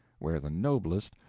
where the noblest,